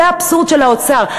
זה האבסורד של האוצר,